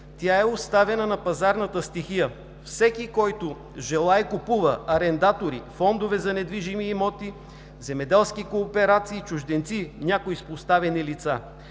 Тя е оставена на пазарната стихия – всеки, който желае, купува – арендатори, фондове за недвижими имоти, земеделски кооперации и чужденци, някои с подставени лица.